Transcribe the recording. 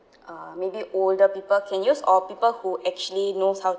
uh maybe older people can use or people who actually knows how